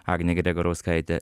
agnė gregorauskaitė